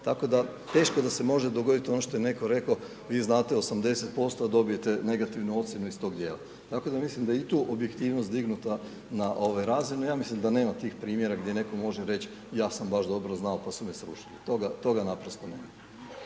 tako da teško da se može dogodit ono što je netko reko vi znate 80% a dobijete negativnu ocjenu iz tog dijela. Tako da mislim da i tu objektivnost dignuta na ovaj razine, ja mislim da nema tih primjera gdje neko može reć ja sam baš dobro znao pa su me srušili, toga, toga naprosto nema.